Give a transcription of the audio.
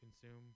consume